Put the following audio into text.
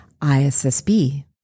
ISSB